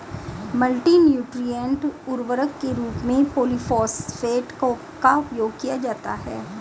multi nutrient उर्वरक के रूप में पॉलिफॉस्फेट का उपयोग किया जाता है